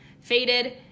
Faded